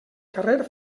carrer